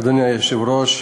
אדוני היושב-ראש,